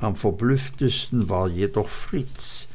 am verblüfftesten war jedoch fritz